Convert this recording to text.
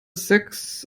sechs